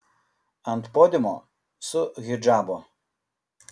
ant podiumo su hidžabu